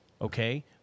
Okay